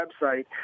website